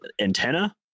antenna